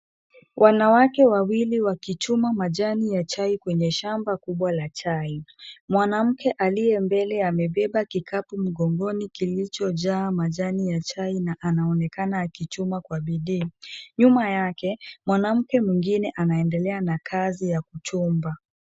Wanawake wawili wakichuma majani ya chai kwenye shamba kubwa la chai. Mwanamke aliye mbele amebeba kikapu mgongoni kilichojaa majani ya chai na anaonekana akichuma kwa bidii. Nyuma yake, mwanamke mwingine anaendelea na kazi ya kuchuma.